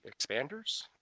expanders